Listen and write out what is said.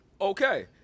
okay